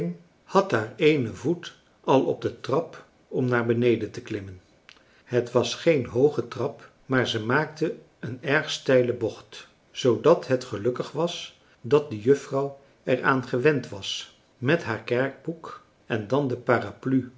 had haar eenen voet al op de trap om naar beneden te klimmen het was geen hooge trap maar ze maakte een erg steile bocht zoodat het gelukkig was dat de juffrouw er aan gewend was met haar kerkboek en dan de paraplu